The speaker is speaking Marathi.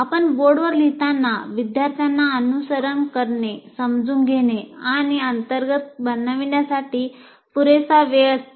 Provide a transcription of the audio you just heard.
आपण बोर्डवर लिहितांना विद्यार्थ्यांना अनुसरण करणे समजून घेणे आणि अंतर्गत बनविण्यासाठी पुरेसा वेळ असतो